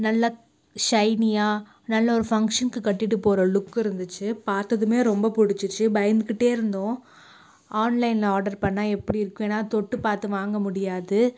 நல்ல சைனியாக நல்ல ஒரு ஃபங்சன்க்கு கட்டிகிட்டு போகிற லுக் இருந்துச்சு பார்த்ததுமே ரொம்ப பிடிச்சிடிச்சி பயந்துகிட்டே இருந்தோம் ஆன்லைனில் ஆடர் பண்ணிணா எப்படி இருக்கும் ஏன்னால் தொட்டு பார்த்து வாங்க முடியாது